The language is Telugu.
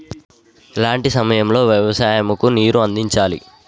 ఎలాంటి సమయం లో వ్యవసాయము కు నీరు అందించాలి?